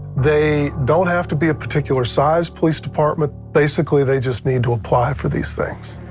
they don't have to be a particular sized police department. basically they just need to apply for these things.